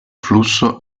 flusso